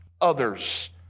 others